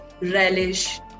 relish